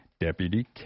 deputy